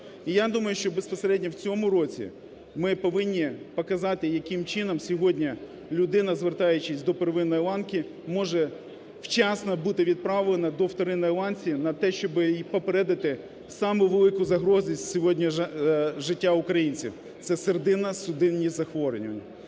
І я думаю, що безпосередньо в цьому році ми повинні показати, яким чином сьогодні людина, звертаючись до первинної ланки, може вчасно бути відправлена до вторинної ланки на те, щоб попередити саму велику загрозу сьогодні життя українців, це серцево-судинні захворювання.